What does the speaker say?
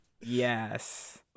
Yes